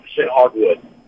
hardwood